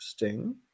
interesting